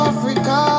Africa